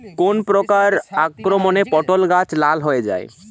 কোন প্রকার আক্রমণে পটল গাছ লাল হয়ে যায়?